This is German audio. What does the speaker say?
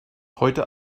heute